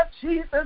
Jesus